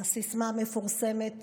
לסיסמה המפורסמת "טפטופים".